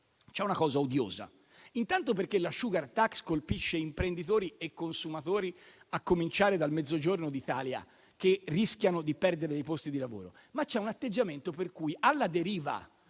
è una misura odiosa, intanto perché la *sugar tax* colpisce imprenditori e consumatori, a cominciare dal Mezzogiorno d'Italia, che rischiano di perdere posti di lavoro. C'è, però, un atteggiamento per cui, alla deriva